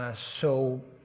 ah so.